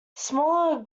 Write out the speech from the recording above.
smaller